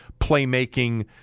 playmaking